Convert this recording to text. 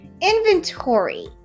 inventory